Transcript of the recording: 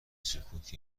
سکوت